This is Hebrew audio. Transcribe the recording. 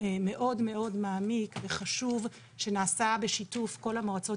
מאוד מעמיק וחשוב שנעשה בשיתוף כל המועצות